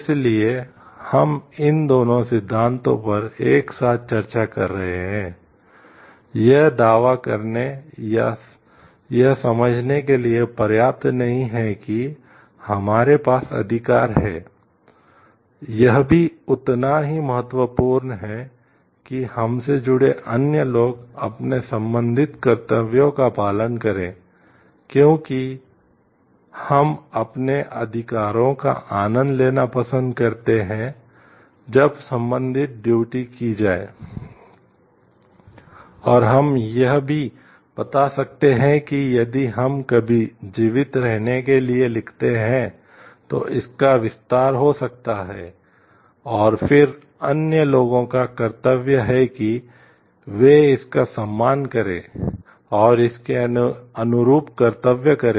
और हम यह भी बता सकते हैं कि यदि हम कभी जीवित रहने के लिए लिखते हैं तो इसका विस्तार हो सकता है और फिर अन्य लोगों का कर्तव्य है कि वे इसका सम्मान करें और इसके अनुरूप कर्तव्य करें